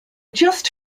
just